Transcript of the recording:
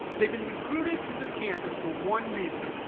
they've been recruited to the campus for one reason,